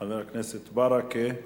חבר הכנסת מוחמד ברכה.